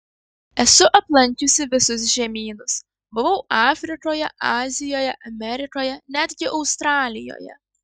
esu aplankiusi visus žemynus buvau afrikoje azijoje amerikoje netgi australijoje